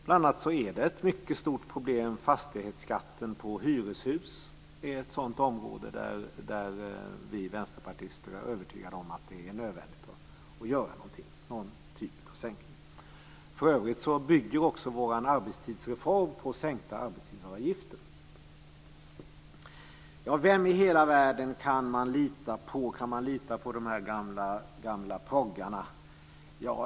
Bl.a. är fastighetsskatten på hyreshus ett mycket stort problem. Det är ett område där vi vänsterpartister är övertygade om att det är nödvändigt att göra någon typ av sänkning. För övrigt bygger också vår arbetstidsreform på sänkta arbetsgivaravgifter. Vem i hela världen kan man lita på? Kan man lita på dessa gamla proggare?